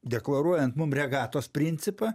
deklaruojant mum regatos principą